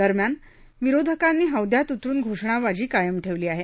दरम्यान विरोधकांनी हौद्यात उतरून घोषणाबाजी कायम ठेवली आहे